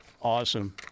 Awesome